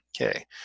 Okay